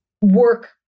work-